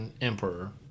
Emperor